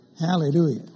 Hallelujah